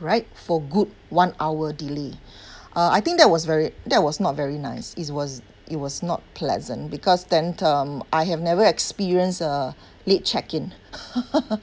right for good one hour delay uh I think that was very that was not very nice it was it was not pleasant because then um I have never experienced uh late check-in